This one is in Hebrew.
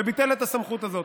וביטל את הסמכות הזאת.